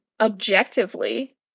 objectively